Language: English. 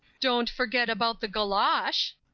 don't forget about the golosh.